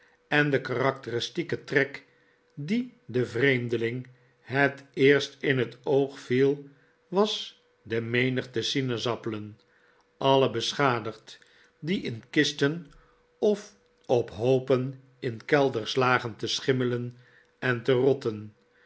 en de karakteristieke trek die den vreemdeling het eerst in het oog viel was de menigte sinaasappelen alle beschadigd die in kisten of op hoopen in kelders lagen te schimmelen en te rotten